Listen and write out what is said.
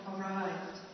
arrived